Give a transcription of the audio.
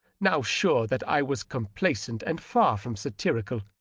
now sure that i was com plaisant and far from satirical.